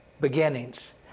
Beginnings